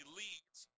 leads